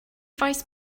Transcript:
faes